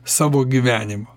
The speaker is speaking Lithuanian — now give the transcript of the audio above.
savo gyvenimą